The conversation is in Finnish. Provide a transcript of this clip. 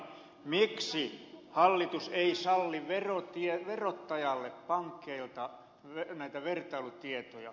miksi hallitus ei salli verottajalle pankeilta vertailutietoja